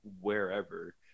wherever